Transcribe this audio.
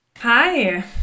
hi